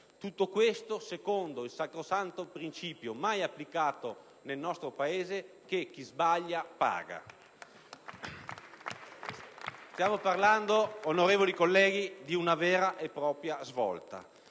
Tutto questo secondo il sacrosanto principio mai applicato nel nostro Paese che chi sbaglia paga. *(Applausi dal Gruppo LNP)*. Stiamo parlando, onorevoli colleghi, di una vera e propria svolta,